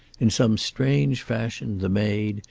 in some strange fashion the maid,